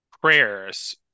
prayers